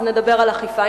אז נדבר על אכיפה,